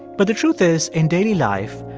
but the truth is, in daily life,